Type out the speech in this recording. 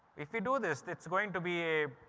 if you do this, it's going to be a